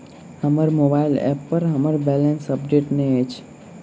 हमर mobile app पर हमर बैलेंस अपडेट नहि अछि